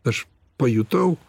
aš pajutau